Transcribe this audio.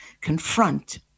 confront